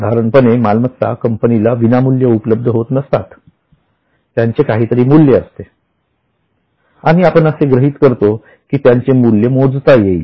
साधारणपणे मालमत्ता कंपनीला विनामूल्य उपलब्ध होत नसतात त्यांचे काहीतरी मूल्य असते आणि आपण असे गृहीत करतो की त्यांचे मूल्य मोजता येईल